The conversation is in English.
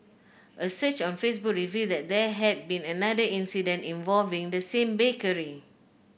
a search on Facebook revealed that there had been another incident involving the same bakery